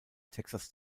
texas